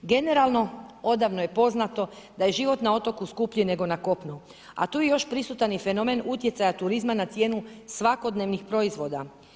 Generalno, odavno je poznato da je život na otoku skuplji nego na kopnu a tu je još prisutan i fenomen utjecaja turizma na cijenu svakodnevnih proizvoda.